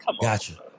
gotcha